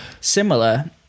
Similar